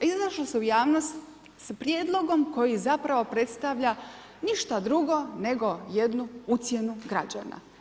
Izašlo se u javnost s prijedlogom koji zapravo predstavlja ništa drugo nego jednu ucjenu građana.